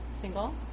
single